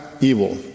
evil